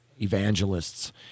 evangelists